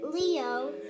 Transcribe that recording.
Leo